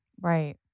Right